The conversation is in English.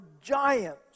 giants